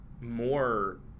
more